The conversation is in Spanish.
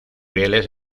rieles